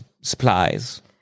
supplies